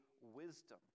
wisdom